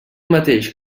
mateix